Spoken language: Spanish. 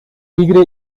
tigre